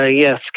Yes